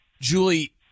Julie